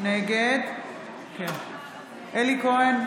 נגד אלי כהן,